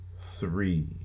Three